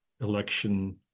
election